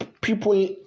people